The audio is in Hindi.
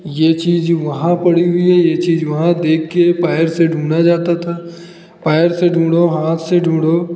चीज़ वहाँ कर लीजिए यह चीज़ वहाँ देखकर पैर से ढूंढा जाता था पैर से ढूँढो हाथ से ढूँढो